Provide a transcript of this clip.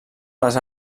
les